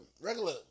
regular